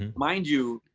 mind you,